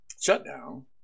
shutdown